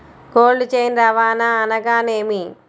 Cold chain రవాణా అనగా నేమి?